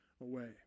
away